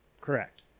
Correct